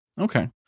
okay